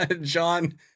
John